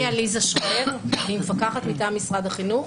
אני עליזה שרייר, אני מפקחת מטעם משרד החינוך.